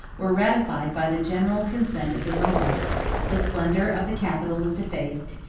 were ratified by the general consent of the romans the splendor of the capitol was defaced,